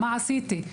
מה עשיתי?